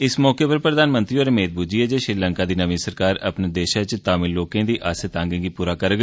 इस मौके पर प्रधानमंत्री होरें मेद ब्ज्जी जे श्रीलंका दी नमीं सरकार अपने देशै च तामिल लोकें दी आसे तांगे गी पूरा करोग